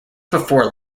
before